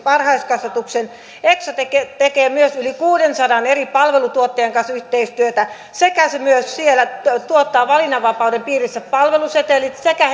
varhaiskasvatuksen eksote tekee tekee myös yli kuudensadan eri palvelutuottajan kanssa yhteistyötä sekä tuottaa valinnanvapauden piirissä palvelusetelit sekä